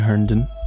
Herndon